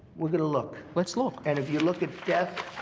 we're gonna look. let's look. and if you look at death